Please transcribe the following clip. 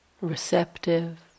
receptive